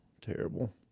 Terrible